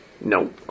No